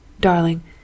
Darling